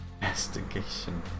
investigation